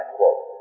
quote